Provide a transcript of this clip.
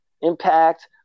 impact